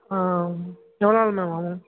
ஆ எவ்வளோ நாள் மேம் ஆவும்